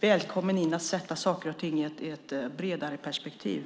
är välkommen att sätta saker och ting i ett bredare perspektiv.